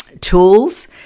tools